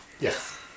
Yes